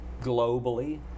globally